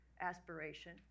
aspiration